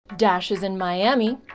dash is in miami,